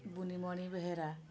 Bunimani Behera